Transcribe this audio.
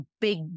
big